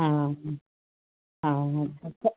हा हा